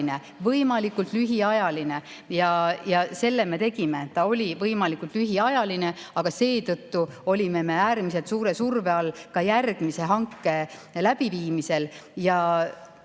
Võimalikult lühiajaline! Ja selle me tegime, see oli võimalikult lühiajaline. Aga seetõttu me olime äärmiselt suure surve all ka järgmise hanke läbiviimisel.